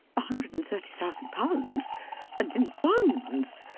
a hundred and thirty thousand pounds! and in the funds!